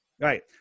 Right